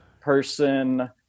person